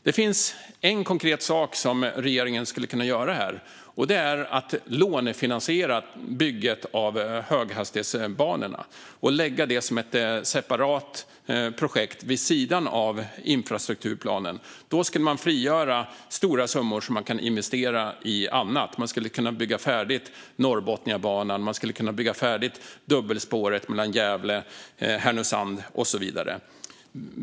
Det finns en konkret sak som regeringen skulle kunna göra, nämligen att lånefinansiera bygget av höghastighetsbanorna och lägga det som ett separat projekt vid sidan av infrastrukturplanen. Då skulle man frigöra stora summor som man kan investera i annat. Man skulle kunna bygga färdigt Norrbotniabanan, dubbelspåret mellan Gävle och Härnösand och så vidare.